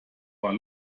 war